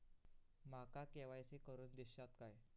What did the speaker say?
माका के.वाय.सी करून दिश्यात काय?